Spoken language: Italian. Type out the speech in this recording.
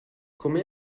come